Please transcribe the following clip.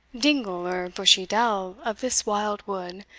dingle, or bushy dell, of this wild wood,